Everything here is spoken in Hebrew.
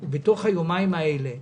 ביומיים האלה,